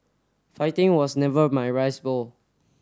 fighting was never my rice bowl